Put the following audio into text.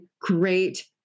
great